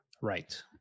right